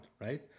right